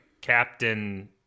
Captain